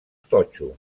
totxo